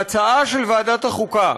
ההצעה של ועדת החוקה,